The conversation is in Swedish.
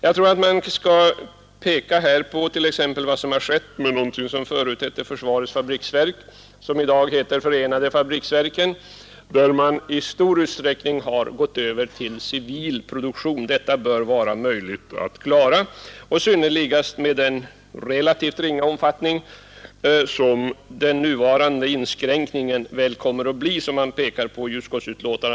Man kan fästa uppmärksamheten på vad som skett med någonting som förut hette försvarets fabriksverk och som i dag heter förenade fabriksverken, där man i stor utsträckning har gått över till civil produktion. Detta bör vara möjligt att klara, synnerligast med den ringa omfattning som den nuvarande inskränkningen väl kommer att få, som man pekar på i utskottsbetänkandet.